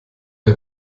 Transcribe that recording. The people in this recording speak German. der